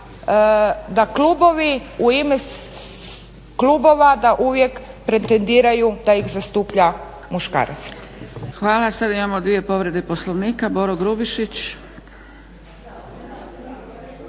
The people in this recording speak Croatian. da klubovi u ime klubova da uvijek pretendiraju da ih zastupa muškarac. **Zgrebec, Dragica (SDP)** Hvala. Sad imamo dvije povrede Poslovnika. Boro Grubišić.